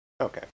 Okay